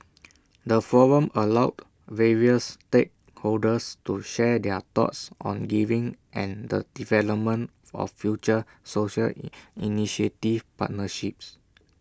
the forum allowed various stakeholders to share their thoughts on giving and the development of future social initiative partnerships